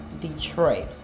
detroit